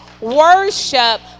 worship